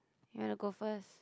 you wanna go first